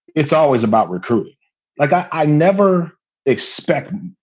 it's always about recruiting. like i i never expected.